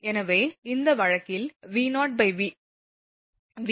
எனவே இந்த வழக்கில் VnV0 இந்த பக்கம் இது F